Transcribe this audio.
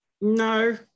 No